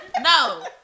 No